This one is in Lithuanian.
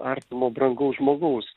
artimo brangaus žmogaus